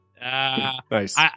Nice